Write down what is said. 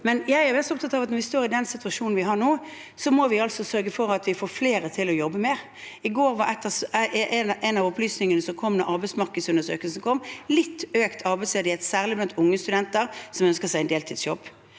Jeg er mest opptatt av at når vi står i den situasjonen vi har nå, må vi sørge for at vi får flere til å jobbe mer. I går var en av opplysningene da arbeidsmarkedsundersøkelsen kom, litt økt arbeidsledighet, særlig blant unge studenter som ønsker seg en deltidsjobb.